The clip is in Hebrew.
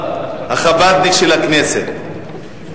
החב"דניק של הכנסת,